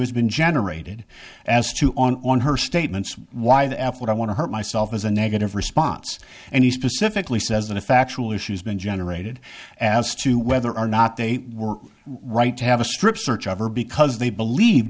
has been generated as to on on her statements why the f what i want to hurt myself as a negative response and he specifically says in factual issues been generated as to whether or not they were right to have a strip search over because they believed